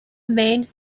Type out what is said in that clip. main